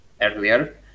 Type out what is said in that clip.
earlier